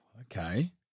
Okay